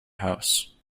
house